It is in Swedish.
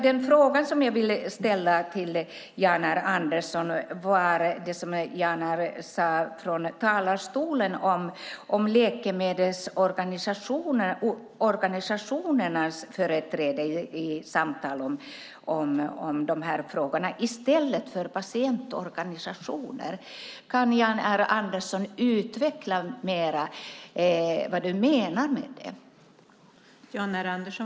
Den fråga som jag vill ställa gäller det som Jan R Andersson sade från talarstolen om läkemedelsorganisationernas företrädare i samtal om de här frågorna i stället för patientorganisationernas. Kan du utveckla vad du menar med det, Jan R Andersson?